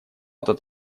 это